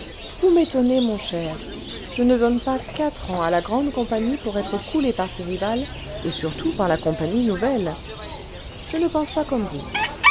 vous m'étonnez mon cher je ne donne pas quatre ans à la grande compagnie pour être coulée par ses rivales et surtout par la compagnie nouvelle je ne pense pas comme vous